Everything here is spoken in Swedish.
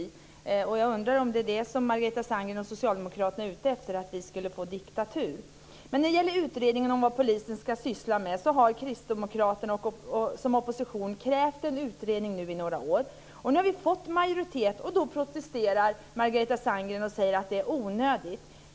Jag undrar om Margareta Sandgren och Socialdemokraterna är ute efter att vi ska ha en diktatur. När det gäller vad polisen ska syssla med har kristdemokraterna under några år i opposition krävt en utredning. Vi har nu fått en majoritet för detta, och då protesterar Margareta Sandgren och säger att det onödigt.